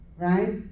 right